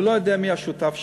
הוא לא יודע מי השותף שלו.